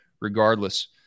regardless